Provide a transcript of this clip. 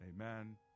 Amen